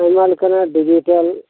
digital ᱮᱱᱮᱡᱼᱥᱮᱨᱮᱧ ᱠᱚ ᱦᱩᱭᱩᱜ ᱠᱷᱟᱹᱛᱤᱨ ᱛᱮ